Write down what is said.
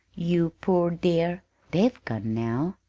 you poor dear they've gone now,